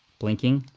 blinking.